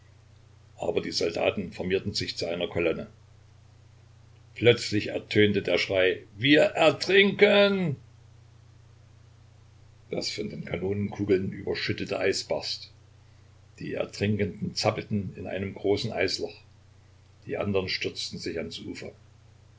aber die soldaten formierten sich zu einer kolonne plötzlich ertönte der schrei wir ertrinken das von den kanonenkugeln überschüttete eis barst die ertrinkenden zappelten in einem großen eisloch die andern stürzten sich ans ufer